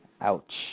Ouch